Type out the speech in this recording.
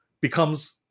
becomes